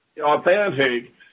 authentic